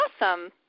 awesome